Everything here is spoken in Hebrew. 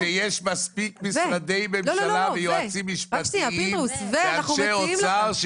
שיש מספיק משרדי ממשלה ויועצים משפטיים ואנשי אוצר,